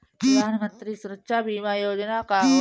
प्रधानमंत्री सुरक्षा बीमा योजना का होला?